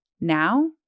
Now